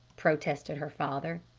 protested her father.